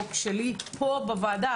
חוק שלי פה בוועדה